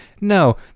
no